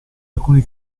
alcuni